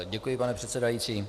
Děkuji, pane předsedající.